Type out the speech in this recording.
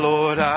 Lord